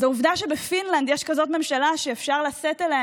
אז העובדה שבפינלנד יש כזאת ממשלה שאפשר לשאת אליה